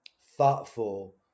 thoughtful